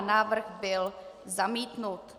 Návrh byl zamítnut.